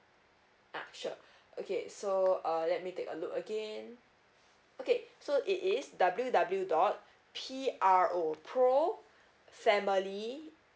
ah sure okay so err let me take a look again okay so it is w w dot p r o pro family